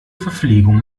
verpflegung